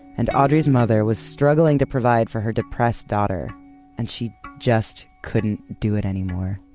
and audrey's mother was struggling to provide for her depressed daughter and she just couldn't do it anymore.